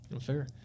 Fair